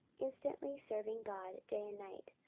instantly serving god day and night,